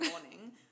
morning